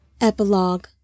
Epilogue